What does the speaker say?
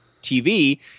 TV